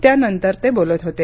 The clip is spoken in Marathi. त्यानंतर ते बोलत होते